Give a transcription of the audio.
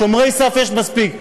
שומרי סף יש מספיק,